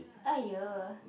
!aiyo!